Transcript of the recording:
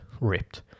ripped